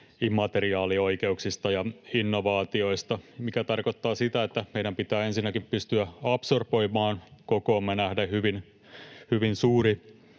immateriaalioikeuksista ja innovaatioista, mikä tarkoittaa sitä, että meidän pitää ensinnäkin pystyä absorboimaan kokoomme nähden hyvin suuri